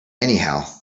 anyhow